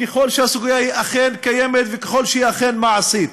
ככל שהסוגיה אכן קיימת וככל שהיא אכן מעשית.